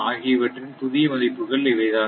ஆகியவற்றின் புதிய மதிப்புகள் இவைதான்